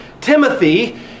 Timothy